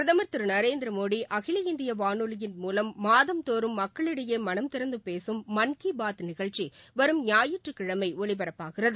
பிரதமர் திரு நரேந்திரமோடி அகில இந்திய வானொலியின் மூலம் மாதந்தோறம் மக்களிடையே மனம் திறந்து பேசும் மன் கி பாத் நிகழ்ச்சி ஞாயிற்றுக்கிழனை ஒலிபரப்பாகிறது